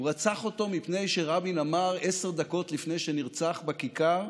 הוא רצח אותו מפני שרבין אמר עשר דקות לפני שנרצח בכיכר: